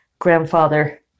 grandfather